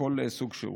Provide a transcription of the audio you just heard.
וכל סוג שהוא.